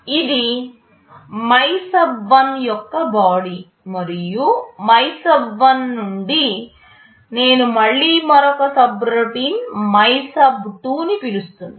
ఇది MYSUB1 యొక్క body మరియు MYSUB1 నుండి నేను మళ్ళీ మరొక సబ్రోటిన్ MYSUB2 ని పిలుస్తున్నాను